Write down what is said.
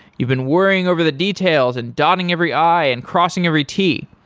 you've been worrying over the details and dotting every i and crossing every t.